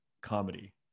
comedy